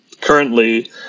currently